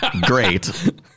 great